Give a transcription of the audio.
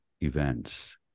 events